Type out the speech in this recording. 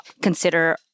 consider